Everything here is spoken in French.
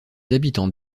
habitants